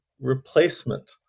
replacement